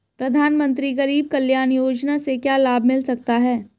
प्रधानमंत्री गरीब कल्याण योजना से क्या लाभ मिल सकता है?